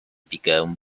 began